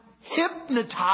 hypnotized